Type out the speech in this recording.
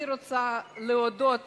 אני רוצה להודות